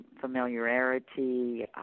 familiarity